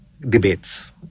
debates